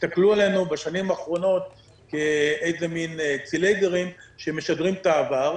הסתכלו עלינו בשנים האחרונות כאיזה מין צילייגרים שמשדרים את העבר.